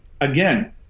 again